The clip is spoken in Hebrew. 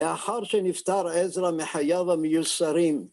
לאחר שנפטר עזרא מחייו המיוסרים.